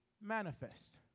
manifest